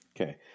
Okay